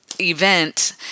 event